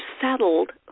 settled